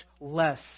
less